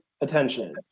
Attention